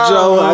Joe